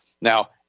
Now